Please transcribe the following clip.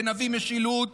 נביא משילות,